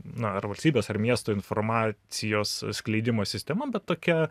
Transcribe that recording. na ar valstybės ar miesto informacijos skleidimo sistema bet tokia